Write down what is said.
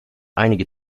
einige